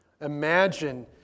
Imagine